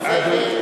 וזה,